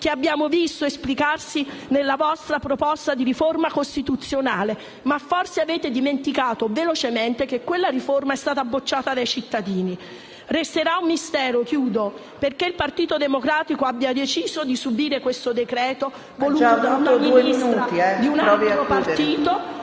che abbiamo visto esplicarsi nella vostra proposta di riforma costituzionale. Ma forse avete dimenticato velocemente che quella riforma è stata bocciata dai cittadini. Resterà un mistero perché il Partito Democratico abbia deciso di subire questo decreto, voluto da una Ministra di altro partito.